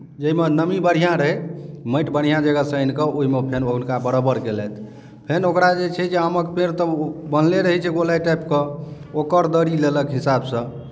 जाहिमे नमी बढ़िआँ रहय माटि बढ़िआँ जगहसँ आनि कऽ ओहिमे फेर ओ हुनका बरोबर कयलथि फेर ओकरा जे छै जे आमक पेड़ तऽ ओ बनले रहै छै गोलाइ टाइपके ओकर दरी लेलक हिसाबसँ